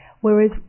Whereas